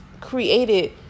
created